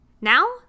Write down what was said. Now